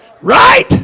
Right